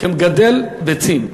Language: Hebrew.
כמגדל ביצים,